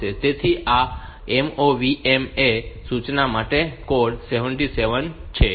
તેથી આ MOV MA સૂચના માટે કોડ 77 છે